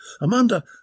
Amanda